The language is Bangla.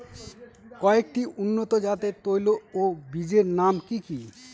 কয়েকটি উন্নত জাতের তৈল ও বীজের নাম কি কি?